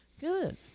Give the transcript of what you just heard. Good